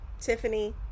Tiffany